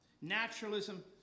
Naturalism